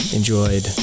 enjoyed